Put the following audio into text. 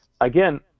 again